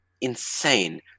insane